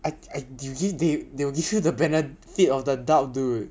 I I usually they they will give you the benefit of the doubt dude